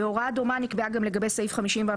הוראה דומה נקבעה גם לגבי סעיף 50(ו)